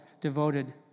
devoted